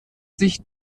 sich